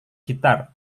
gitar